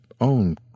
own